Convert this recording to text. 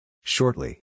Shortly